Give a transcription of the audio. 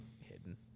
hidden